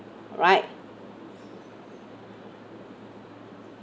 right